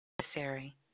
necessary